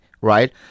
right